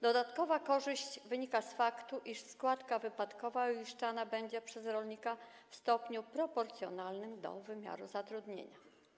Dodatkowa korzyść wynika z faktu, iż składka wypadkowa uiszczana będzie przez rolnika w stopniu proporcjonalnym do wymiaru zatrudnienia.